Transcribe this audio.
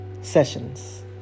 Sessions